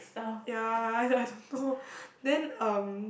ya I I I don't know then um